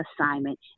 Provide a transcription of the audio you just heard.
assignment